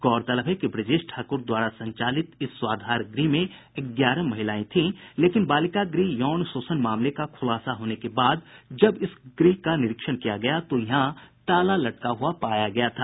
गौरतलब है कि ब्रजेश ठाकुर द्वारा संचालित इस स्वाधार गृह में ग्यारह महिलाएं थीं लेकिन बालिका गृह यौन शोषण मामले का खुलासा होने के बाद जब इस गृह का निरीक्षण किया गया तब यहां ताला लटका हुआ पाया गया था